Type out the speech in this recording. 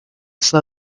slow